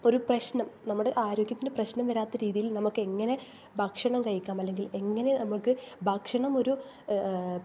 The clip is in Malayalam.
ഒരു പ്രശ്നം നമ്മുടെ ആരോഗ്യത്തിന് പ്രശ്നം വരാത്ത രീതിയിൽ നമുക്ക് എങ്ങനെ ഭക്ഷണം കഴിക്കാം അല്ലെങ്കിൽ എങ്ങനെ നമുക്ക് ഭക്ഷണം ഒരു